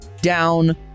down